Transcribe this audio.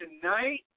tonight